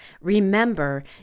Remember